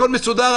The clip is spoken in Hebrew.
הכול מסודר,